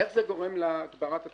איך זה גורם להגברת התחרות?